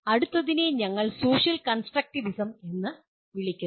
അടുത്തതിനെ ഞങ്ങൾ "social constructivism" എന്ന് വിളിക്കുന്നു